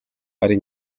ari